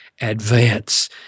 advance